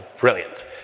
brilliant